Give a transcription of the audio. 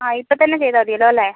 ആ ഇപ്പം തന്നെ ചെയ്താൽ മതിയല്ലൊ അല്ലേ